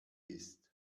ist